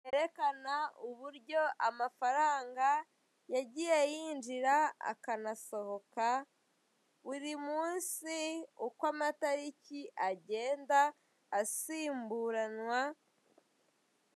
Yerekana uburyo amafaranga yagiye yinjira akanasohoka buri munsi uko amatariki agenda asimburanwa...